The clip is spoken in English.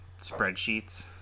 spreadsheets